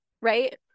right